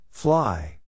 Fly